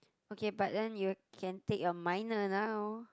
okay but then you can take your minor now